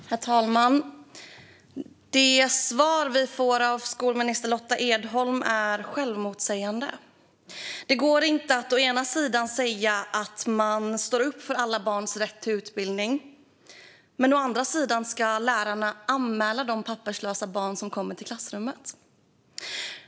Herr talman! Det svar vi fick av skolminister Lotta Edholm var självmotsägande. Det går inte att säga å ena sidan att man står upp för alla barns rätt till utbildning, å andra sidan att lärarna ska anmäla de papperslösa barn som kommer till klassrummet.